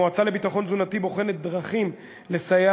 המועצה לביטחון תזונתי בוחנת דרכים לסייע